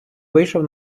вийшов